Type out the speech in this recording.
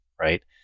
right